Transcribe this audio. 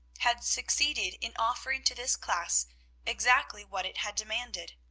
had succeeded in offering to this class exactly what it had demanded.